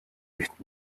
nicht